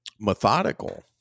methodical